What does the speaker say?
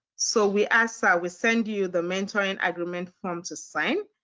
so we ask that we send you the mentoring agreement form to sign,